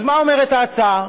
אז מה אומרת ההצעה?